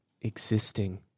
existing